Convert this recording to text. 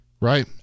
Right